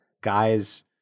guys